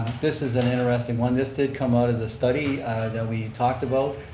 this is an interesting one. this did come out of the study that we talked about.